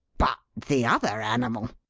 but the other animal?